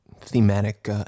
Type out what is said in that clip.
Thematic